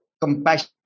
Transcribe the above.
compassion